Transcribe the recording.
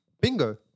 bingo